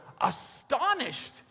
astonished